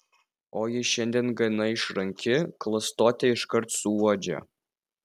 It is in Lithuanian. o ji šiandien gana išranki klastotę iškart suuodžia